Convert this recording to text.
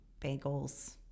bagels